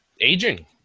Aging